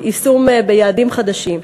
יישום ביעדים חדשים.